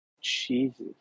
Jesus